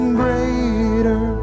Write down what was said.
greater